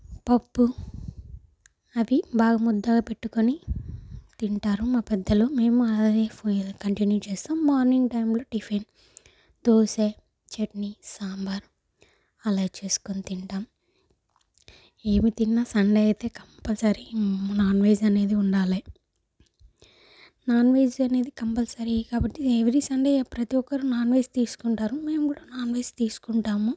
పప్పు అవి బాగా ముద్దగా పెట్టుకొని తింటారు మా పెద్దలు మేము అవే కంటిన్యూ చేస్తాం మార్నింగ్ టైంలో టిఫిన్ దోస చట్నీ సాంబార్ అలా చేసుకుని తింటాం ఏమి తిన్న సండే అయితే కంపల్సరీ నాన్ వెజ్ అనేది ఉండాలి నాన్ వెజ్ అనేది కంపల్సరీ కాబట్టి ఎవరీ సండే ప్రతి ఒక్కరు నాన్ వెజ్ తీసుకుంటారు మేము కూడా నాన్ వెజ్ తీసుకుంటాము